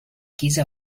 giza